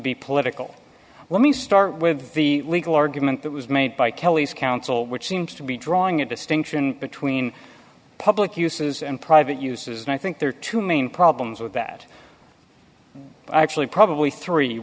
be political let me start with the legal argument that was made by kelly's council which seems to be drawing a distinction between public uses and private uses and i think there are two main problems with that actually probably th